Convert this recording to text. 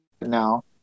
now